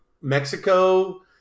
Mexico